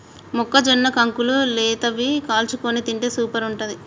మొక్కజొన్న కంకులు లేతవి కాల్చుకొని తింటే సూపర్ ఉంటది